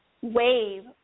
wave